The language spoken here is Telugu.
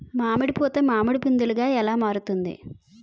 మామిడి పూత మామిడి పందుల ఎలా మారుతుంది?